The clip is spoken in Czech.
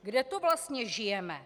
Kde to vlastně žijeme?